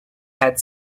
had